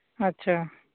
ᱟᱪᱪᱷᱟ